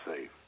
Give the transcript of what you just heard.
safe